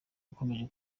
ukomeje